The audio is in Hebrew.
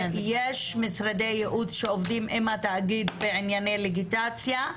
יש משרדי ייעוץ שעובדים עם התאגיד בענייני ליטיגציה,